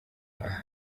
aha